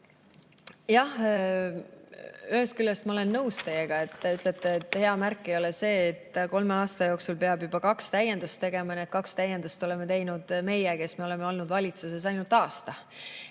Jah, ühest küljest, ma olen teiega nõus, kui te ütlete, et hea märk ei ole see, et kolme aasta jooksul peab juba kaks täiendust tegema. Need kaks täiendust oleme teinud meie, kes me oleme olnud valitsuses ainult aasta.